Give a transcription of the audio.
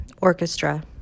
orchestra